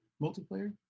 multiplayer